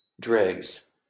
dregs